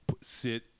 sit